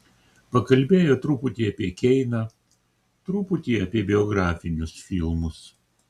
pakalbėjo truputį apie keiną truputį apie biografinius filmus